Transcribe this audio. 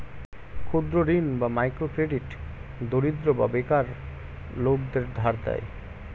ক্ষুদ্র ঋণ বা মাইক্রো ক্রেডিট দরিদ্র বা বেকার লোকদের ধার দেয়